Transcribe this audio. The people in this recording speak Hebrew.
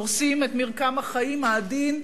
והורסים את מרקם החיים העדין,